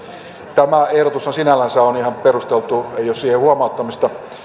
tämä ehdotushan sinällänsä on ihan perusteltu ei ole siihen huomauttamista